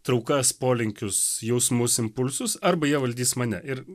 traukas polinkius jausmus impulsus arba jie valdys mane ir